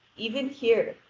even here,